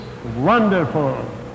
wonderful